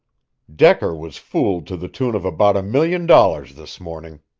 decker was fooled to the tune of about a million dollars this morning.